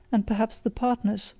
and perhaps the partners,